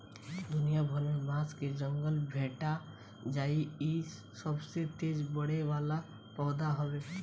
दुनिया भर में बांस के जंगल भेटा जाइ इ सबसे तेज बढ़े वाला पौधा हवे